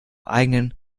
eigenen